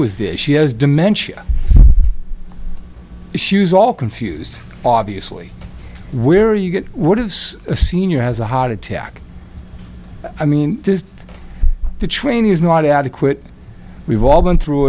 was there she has dementia issues all confused obviously where you get what is a senior has a heart attack i mean this the training is not adequate we've all been through